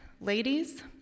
Ladies